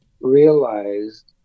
realized